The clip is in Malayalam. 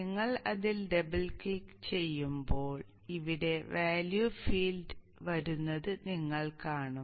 നിങ്ങൾ അതിൽ ഡബിൾ ക്ലിക്ക് ചെയ്യുമ്പോൾ ഇവിടെ വാല്യൂ ഫീൽഡ് വരുന്നത് നിങ്ങൾ കാണും